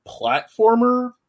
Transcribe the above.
platformer